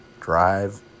drive